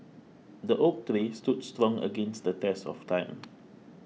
the oak tree stood strong against the test of time